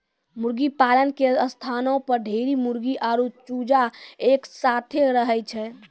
मुर्गीपालन के स्थानो पर ढेरी मुर्गी आरु चूजा एक साथै रहै छै